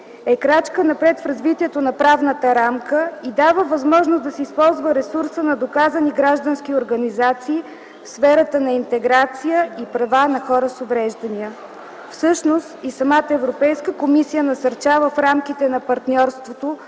е крачка напред в развитието на правната рамка и дава възможност да се използва ресурса на доказани граждански организации в сферата на интеграция и права на хора с увреждания. Всъщност и самата Европейска комисия насърчава в рамките на партньорството